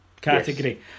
Category